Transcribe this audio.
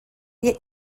yet